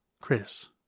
Chris